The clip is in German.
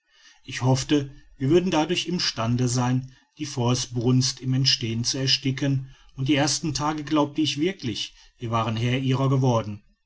ich hoffte wir würden dadurch im stande sein die feuersbrunst im entstehen zu ersticken und die ersten tage glaubte ich wirklich wir waren ihrer herr geworden